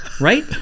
Right